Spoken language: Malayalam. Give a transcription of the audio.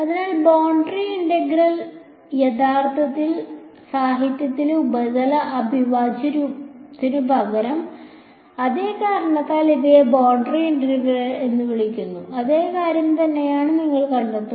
അതിനാൽ ബോർഡറി ഇന്റഗ്രൽ യഥാർത്ഥത്തിൽ സാഹിത്യത്തിൽ ഉപരിതല അവിഭാജ്യത്തിനുപകരം അതേ കാരണത്താൽ ഇവയെ ബോർഡറി ഇന്റഗ്രലുകൾ എന്ന് വിളിക്കുന്നത് അതേ കാര്യം തന്നെയാണെന്ന് നിങ്ങൾ കണ്ടെത്തും